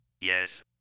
Yes